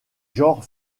genre